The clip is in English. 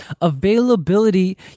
availability